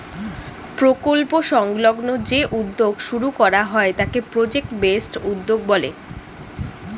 প্রকল্প সংলগ্ন যে উদ্যোগ শুরু করা হয় তাকে প্রজেক্ট বেসড উদ্যোগ বলে